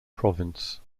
province